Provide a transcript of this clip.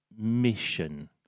mission